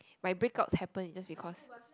my breakouts happen is just because